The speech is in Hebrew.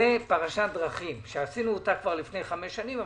זו פרשת דרכים שעשינו אותה לפני חמש שנים,